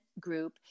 group